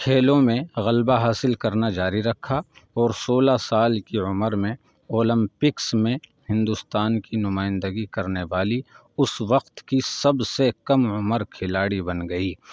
کھیلوں میں غلبہ حاصل کرنا جاری رکھا اور سولہ سال کی عمر میں اولمپکس میں ہندوستان کی نمائندگی کرنے والی اس وقت کی سب سے کم عمر کھلاڑی بن گئی